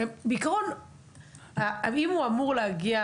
בעיקרון אם הוא אמור להגיע